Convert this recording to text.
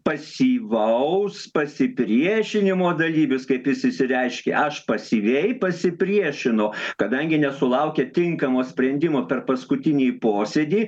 pasyvaus pasipriešinimo dalyvis kaip jis išsireiškė aš pasyviai pasipriešinu kadangi nesulaukė tinkamo sprendimo per paskutinį posėdį